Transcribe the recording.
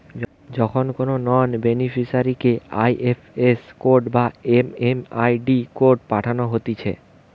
যখন কোনো নন বেনিফিসারিকে আই.এফ.এস কোড বা এম.এম.আই.ডি কোড পাঠানো হতিছে